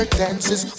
dances